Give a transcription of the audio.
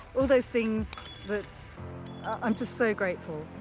all those things, but i'm just so grateful,